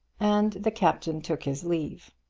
and the captain took his leave.